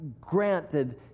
granted